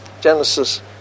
Genesis